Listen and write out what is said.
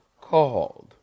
called